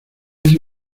ese